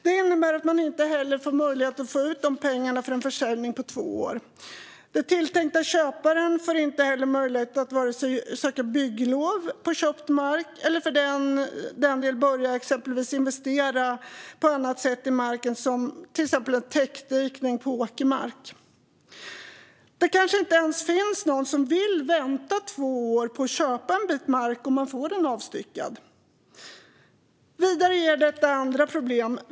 Det innebär att man inte heller får möjlighet att få ut pengarna från en försäljning på två år. Den tilltänkta köparen får inte heller möjlighet att vare sig söka bygglov på köpt mark eller, för den delen, exempelvis börja investera på annat sätt i marken, till exempel en täckdikning på åkermark. Det kanske inte ens finns någon som vill vänta i två år på att köpa en bit mark om man får den avstyckad. Vidare leder detta till andra problem.